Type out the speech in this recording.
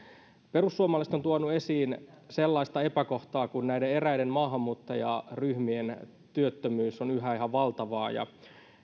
perussuomalaiset ovat tuoneet esiin sellaista epäkohtaa että kun näiden eräiden maahanmuuttajaryhmien työttömyys on yhä ihan valtavaa ja